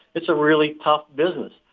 it's a really tough business.